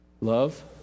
love